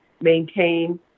maintain